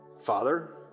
Father